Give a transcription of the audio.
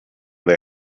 they